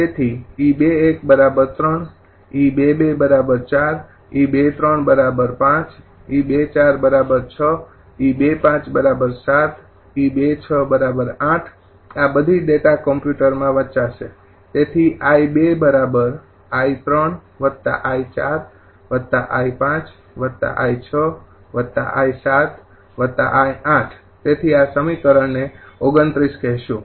તેથી 𝑒૨૧ 3 𝑒૨૨ ૪ 𝑒૨૩૫ 𝑒૨૪ ૬ 𝑒૨૫ ૭ 𝑒૨૬ ૮ આ બધી ડેટા કમ્પ્યુટરમાં વંચાશે તેથી𝐼૨ 𝑖૩𝑖૪𝑖૫𝑖૬𝑖૭𝑖૮ તેથી આ સમીકરણને ૨૯ કહેશું